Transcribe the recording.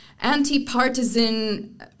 anti-partisan